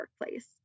workplace